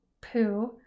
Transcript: poo